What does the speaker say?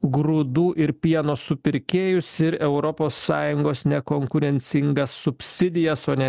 grūdų ir pieno supirkėjus ir europos sąjungos nekonkurencingas subsidijas o ne